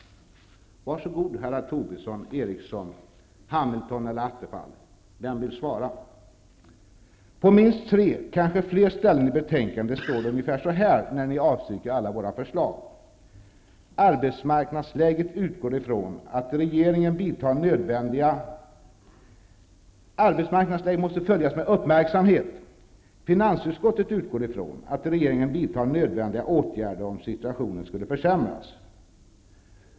Var så god herrar Tobisson, Eriksson, Hamilton eller Attefall. Vem vill svara? På minst tre, kanske fler, ställen i betänkandet står det ungefär så här när ni avstyrker alla våra förslag: ''Arbetsmarknadsläget måste följas med uppmärksamhet. Finansutskottet utgår ifrån att regeringen vidtar nödvändiga åtgärder om situationen skulle försämras.''